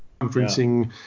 conferencing